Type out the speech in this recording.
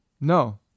No